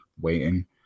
waiting